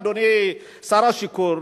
אדוני שר השיכון,